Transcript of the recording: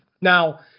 Now